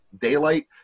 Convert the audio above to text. daylight